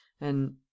and—